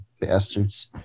bastards